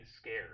scared